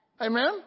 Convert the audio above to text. Amen